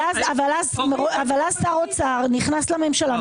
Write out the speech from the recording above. אבל אז שר האוצר נכנס לממשלה,